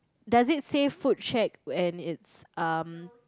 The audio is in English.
does it say food check and it's um